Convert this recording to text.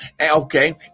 Okay